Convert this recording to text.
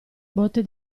botte